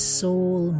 soul